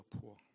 poor